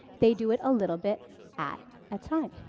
they do it a little bit at a time.